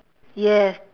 yes